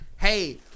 Hey